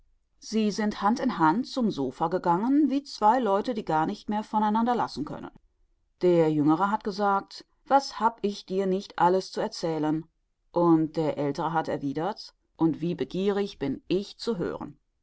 sie sind hand in hand zum sopha gegangen wie zwei leute die gar nicht mehr von einander lassen können der jüngere hat gesagt was hab ich dir nicht alles zu erzählen und der aeltere hat erwidert und wie begierig bin ich zu hören